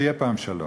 ויהיה פעם שלום,